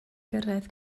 gyrraedd